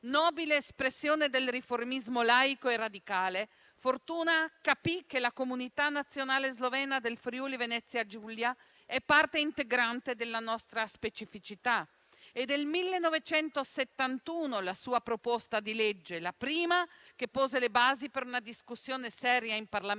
Nobile espressione del riformismo laico e radicale, Fortuna capì che la comunità nazionale slovena del Friuli-Venezia Giulia era parte integrante della nostra specificità. È del 1971 la sua proposta di legge, la prima che pose le basi per una discussione seria in Parlamento